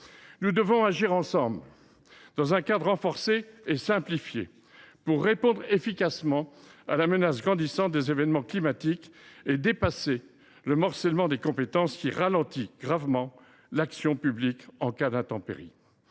Nous devons agir ensemble, dans un cadre renforcé et simplifié, pour répondre efficacement à la menace grandissante des événements climatiques et mettre un terme au morcellement des compétences, qui ralentit gravement l’action publique en cas d’intempéries.